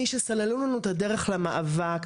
מי שסללו לנו את הדרך למאבק,